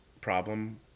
problem